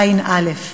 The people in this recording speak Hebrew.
ע"א.